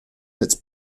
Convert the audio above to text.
its